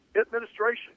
administration